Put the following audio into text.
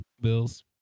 Bills